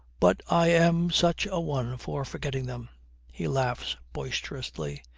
but i am such a one for forgetting them he laughs boisterously.